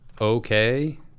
okay